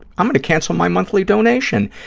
i'm going to cancel my monthly donation,